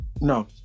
No